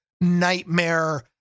nightmare